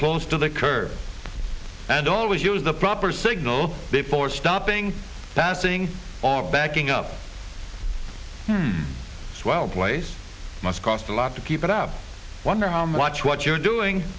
close to the curb and always use the proper signal before stopping that seeing or backing up swell place must cost a lot to keep it out i wonder how much what you're doing